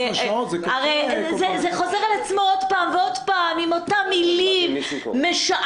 הרי זה חוזר על עצמו שוב ושוב עם אותן מילים משעממות.